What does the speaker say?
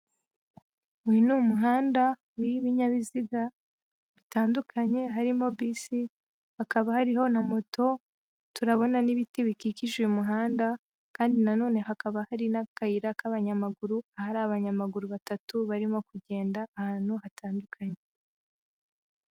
Uyu ni umuhanda w'ibinyabiziga bitandukanye, harimo bisi, hakaba hariho na moto, turabona n'ibiti bikikije uyu muhanda kandi na none hakaba hari n'akayira k'abanyamaguru, ahari abanyamaguru batatu barimo kugenda ahantu hatandukanye.